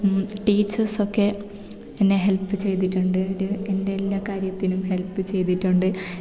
ടീച്ചർസൊക്കെ എന്നെ ഹെൽപ്പ് ചെയ്തിട്ടുണ്ട് എൻ്റെ എല്ലാ കാര്യത്തിനും ഹെൽപ്പ് ചെയ്തിട്ടുണ്ട്